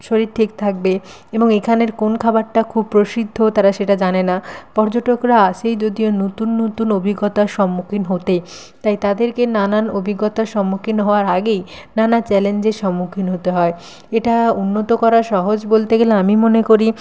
শরীর ঠিক থাকবে এবং এখানের কোন খাবারটা খুব প্রসিদ্ধ তারা সেটা জানে না পর্যটকরা আসেই যদিও নতুন নতুন অভিজ্ঞতার সম্মুখীন হতে তাই তাদেরকে নানান অভিজ্ঞতার সম্মুখীন হওয়ার আগেই নানা চ্যালেঞ্জের সম্মুখীন হতে হয় এটা উন্নত করা সহজ বলতে গেলে আমি মনে করি